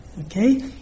Okay